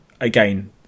Again